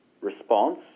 response